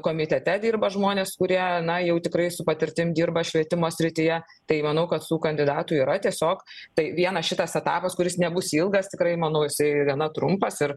komitete dirba žmonės kurie na jau tikrai su patirtim dirba švietimo srityje tai manau kad tų kandidatų yra tiesiog tai vienas šitas etapas kuris nebus ilgas tikrai manau jisai ir gana trumpas ir